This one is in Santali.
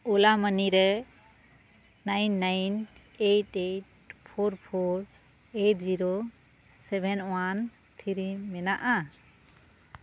ᱳᱞᱟ ᱢᱟᱱᱤ ᱨᱮ nine nine eight eight four four eight zero seven one three ᱢᱮᱱᱟᱜᱼᱟ